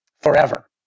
forever